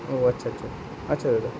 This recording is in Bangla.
ওহ্ আচ্ছা আচ্ছা আচ্ছা দাদা